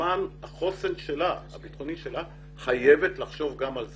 למען החוסן הביטחוני שלה, חייבת לחשוב גם על זה,